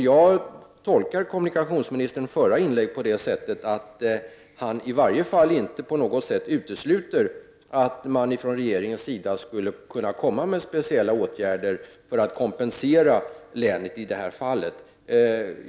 Jag tolkar kommunikationsministerns förra inlägg så att han inte på något sätt utesluter att regeringen skulle kunna komma med speciella åtgärder för att kompensera länet i det här fallet.